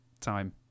time